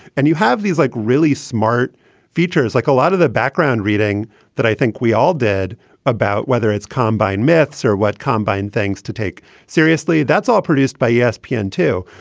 and you have these like really smart features, like a lot of the background reading that i think we all did about whether it's combined myths or what combine things to take seriously. that's all produced by yeah espn too.